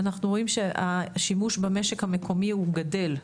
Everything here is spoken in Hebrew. אנחנו רואים שהשימוש במשק המקומי הוא גדל.